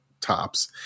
tops